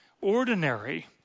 ordinary